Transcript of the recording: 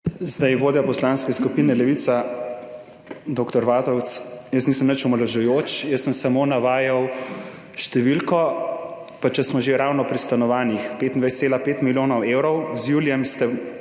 Vodja Poslanske skupine Levica, dr. Vatovec, jaz nisem nič omalovažujoč, jaz sem samo navajal številko. Pa če smo že ravno pri stanovanjih, 25,5 milijona evrov, z julijem ste